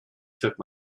took